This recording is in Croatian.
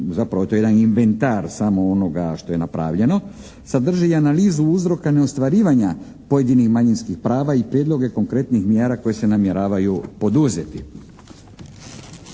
zapravo to je jedan inventar samo onoga što je napravljeno. Sadrži i analizu uzroka neostvarivanja pojedinih manjinskih prava i prijedloge konkretnih mjera koje se namjeravaju poduzeti.